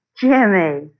Jimmy